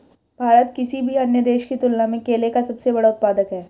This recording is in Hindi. भारत किसी भी अन्य देश की तुलना में केले का सबसे बड़ा उत्पादक है